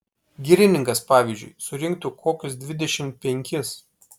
girininkas pavyzdžiui surinktų kokius dvidešimt penkis